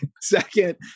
second